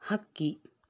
ಹಕ್ಕಿ